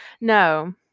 No